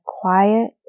quiet